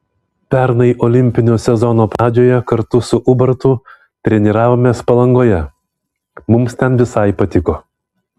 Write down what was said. pernai olimpinio sezono pradžioje kartu su ubartu treniravomės palangoje mums ten visai patiko